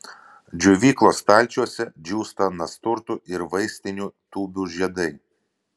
džiovyklos stalčiuose džiūsta nasturtų ir vaistinių tūbių žiedai